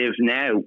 now